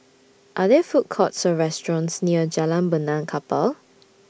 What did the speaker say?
Are There Food Courts Or restaurants near Jalan Benaan Kapal